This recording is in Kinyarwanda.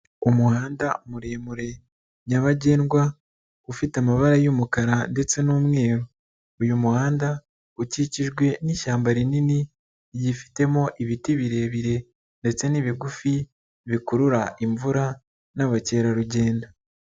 Umuhanda muremure nyabagendwa, ufite amabara y'umukara ndetse n'umweru. Uyu muhanda ukikijwe n'ishyamba rinini, ryifitemo ibiti birebire ndetse n'ibigufi bikurura imvura n'abakerarugendo.